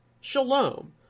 shalom